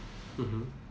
mmhmm